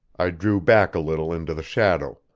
i drew back a little into the shadow,